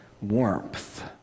warmth